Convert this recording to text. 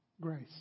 grace